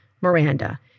Miranda